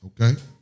okay